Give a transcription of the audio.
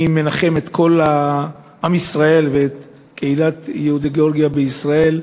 אני מנחם את כל עם ישראל ואת קהילת יהודי גאורגיה בישראל.